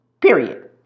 period